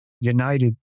united